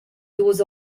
duos